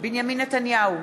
בנימין נתניהו,